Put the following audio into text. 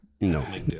No